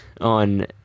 on